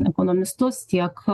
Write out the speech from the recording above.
ekonomistus tiek